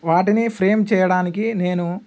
వాటిని ఫ్రేమ్ చేయడానికి నేను